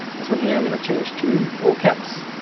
this one here i'm gonna change to all caps,